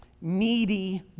needy